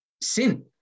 sin